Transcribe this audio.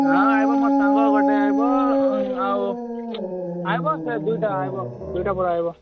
ହଁ ଆସିବ ମୋ ସାଙ୍ଗ ଗୋଟେ ଆସିବ ଆଉ ଆସିବ ସେ ଦୁଇଟା ଆସିବ ଦୁଇଟା ପରେ ଆସିବ